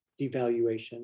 devaluation